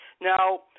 Now